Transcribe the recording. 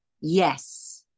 Yes